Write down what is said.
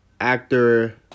actor